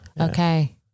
Okay